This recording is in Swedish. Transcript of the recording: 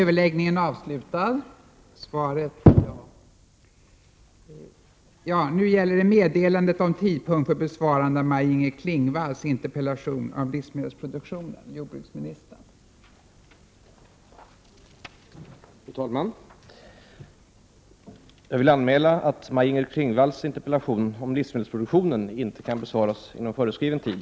Fru talman! Jag vill anmäla att Maj-Inger Klingvalls interpellation om livsmedelsproduktionen på grund av arbetsbelastning inte kan besvaras inom föreskriven tid.